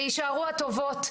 ויישארו הטובות,